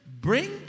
bring